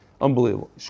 unbelievable